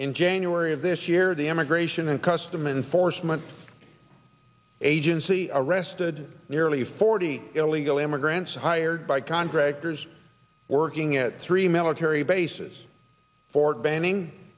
in january of this year the immigration and customs enforcement agency arrested nearly forty illegal immigrants hired by contractors working at three military bases fort benning